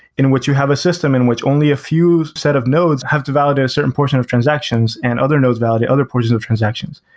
in which you have a system in which only a few set of nodes have to validate a certain portion of transactions and other nodes validate other portions of transactions.